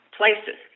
places